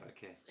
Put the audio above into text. Okay